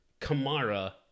Kamara